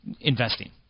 Investing